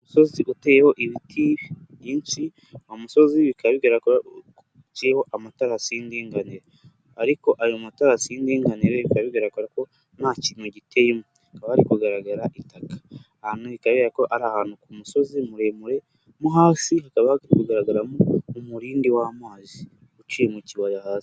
Umusozi uteyeho ibitibi byinshi, uwo musozi bikaba bigaragara ko uciyeho amaterasi y'indinganire, ariko ayo matarasi y'indinganire bikaba bigaragara ko nta kintu giteyemo, hakaba hari kugaragara itaka, ahantu bikaba bigaragara ko ari ahantu ku musozi muremure, mo hasi hakaba hari kugaragaramo umurindi w'amazi, uciye mu kibaya hasi.